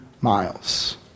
miles